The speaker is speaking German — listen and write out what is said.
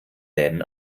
läden